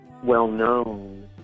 well-known